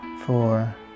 four